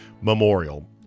Memorial